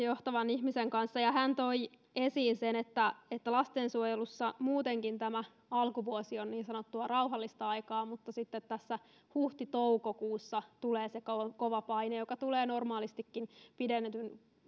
johtavan ihmisen kanssa ja hän toi esiin sen että että lastensuojelussa muutenkin tämä alkuvuosi on niin sanottua rauhallista aikaa mutta sitten tässä huhti toukokuussa tulee se kova paine joka tulee normaalistikin pidetyn